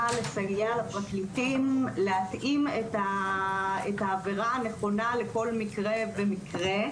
לסייע לפרקליטים להתאים את העבירה הנכונה לכל מקרה ומקרה.